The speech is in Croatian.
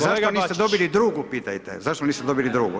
Zašto niste dobili drugu pitajte, zašto niste dobili drugu?